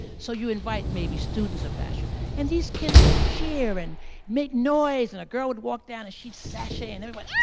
so you invite maybe students of fashion, and these kids would cheer and make noise and a girl would walk down and she'd sashay and everyone went